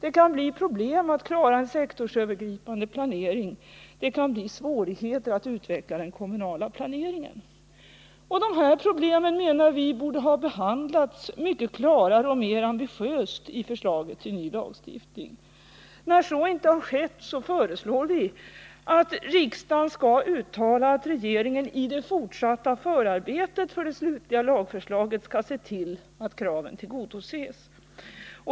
Det kan uppstå problem med att klara en sektorsövergripande planering, och det kan bli svårigheter med att utveckla den kommunala planeringen. De problemen borde, menar vi, ha behandlats mycket klarare och mer ambitiöst i förslaget till ny lagstiftning. När nu så inte har skett, föreslår vi att riksdagen skall uttala att regeringen i det fortsatta förarbetet för det slutliga lagförslaget skall se till att kraven tillgodoses.